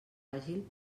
àgil